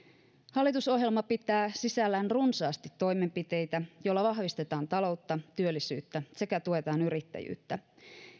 hallitusohjelma pitää sisällään runsaasti toimenpiteitä joilla vahvistetaan taloutta työllisyyttä sekä tuetaan yrittäjyyttä